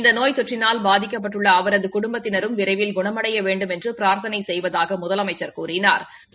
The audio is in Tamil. இந்த நோய் தொற்றினால் பாதிக்கப்பட்டுள்ள அவரது குடும்பத்தினரும் விரைவில் குணமடைய வேண்டுமென்று பிரா்த்தனை செய்வதாக முதலமைச்சா் கூறினாா்